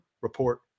Report